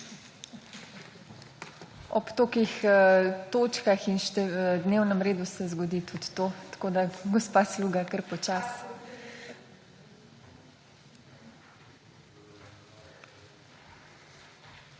Ob tolikih točkah in dnevnem redu se zgodi tudi to. Tako da, gospa Sluga, kar počasi!